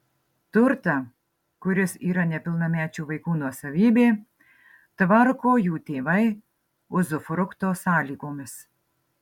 turtą kuris yra nepilnamečių vaikų nuosavybė tvarko jų tėvai uzufrukto sąlygomis